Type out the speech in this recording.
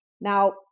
Now